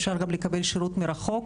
אפשר גם לקבל שירות מרחוק,